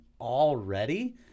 already